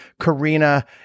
karina